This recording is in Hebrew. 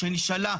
שנשאלה,